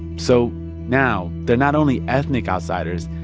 so now they're not only ethnic outsiders.